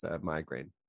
migraine